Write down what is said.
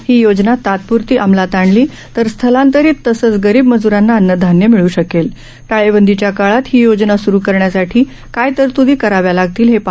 ही योजना तात्प्रती अमलात आणली तर स्थलांतरित तसेच गरीब मजूरांना अन्नधान्य मिळू टाळेबंदीच्या काळात ही योजना सुरू करण्यासाठी काय तरत्दी कराव्या लागतील हे शकेल